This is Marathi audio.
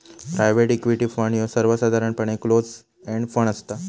प्रायव्हेट इक्विटी फंड ह्यो सर्वसाधारणपणे क्लोज एंड फंड असता